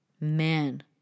man